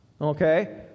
Okay